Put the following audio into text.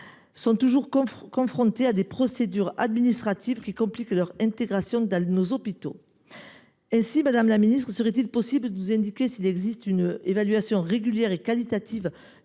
sont toujours confrontés à des procédures administratives qui compliquent leur intégration dans nos hôpitaux. Madame la ministre, pouvez vous nous indiquer s’il existe une évaluation régulière et qualitative